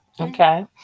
Okay